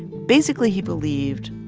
basically, he believed,